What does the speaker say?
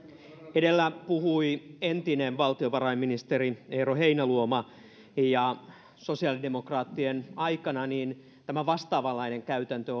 edellä puhui entinen valtiovarainministeri eero heinäluoma ja sosiaalidemokraattien aikana tämä vastaavanlainen käytäntö